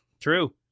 True